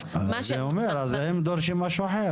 אז הם דורשים משהו אחר.